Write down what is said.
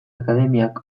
akademiak